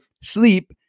sleep